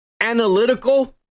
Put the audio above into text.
Analytical